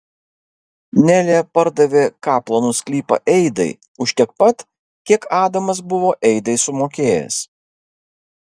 nelė pardavė kaplanų sklypą eidai už tiek pat kiek adamas buvo eidai sumokėjęs